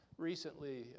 Recently